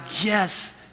yes